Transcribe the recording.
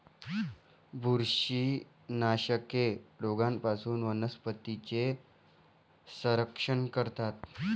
बुरशीनाशके रोगांपासून वनस्पतींचे संरक्षण करतात